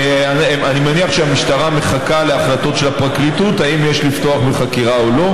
אני מניח שהמשטרה מחכה להחלטות של הפרקליטות אם יש לפתוח בחקירה או לא.